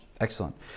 Excellent